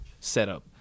setup